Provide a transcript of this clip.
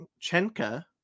Chenka